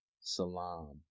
Salam